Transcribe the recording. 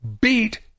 beat